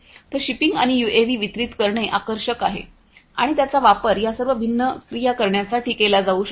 तर शिपिंग आणि यूएव्ही वितरित करणे आकर्षण आहे आणि त्यांचा वापर या सर्व भिन्न क्रिया करण्यासाठी केला जाऊ शकतो